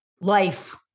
life